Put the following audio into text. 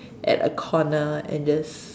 at a corner and just